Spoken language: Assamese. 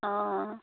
অঁ অঁ